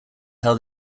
how